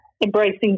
Embracing